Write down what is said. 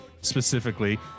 specifically